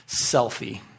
selfie